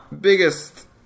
biggest